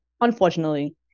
Unfortunately